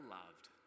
loved